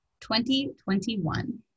2021